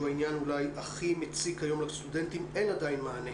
שהוא העניין הכי מציק היום לסטודנטים אין עדיין מענה